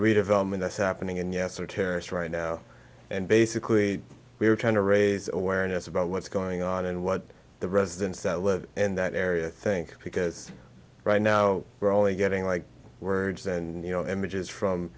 redevelopment that's happening and yes are terrorists right now and basically we're trying to raise awareness about what's going on and what the residents that live in that area think because right now we're only getting like words and you know images from